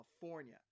California